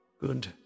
Good